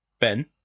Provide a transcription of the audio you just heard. Ben